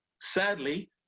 sadly